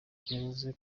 yavuze